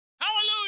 Hallelujah